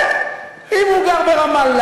המשבר המתמשך בענף התיירות והקושי להתחרות עם החלופות,